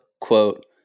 quote